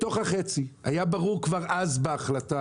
בתוך החצי היה ברור כבר אז בהחלטה,